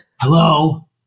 Hello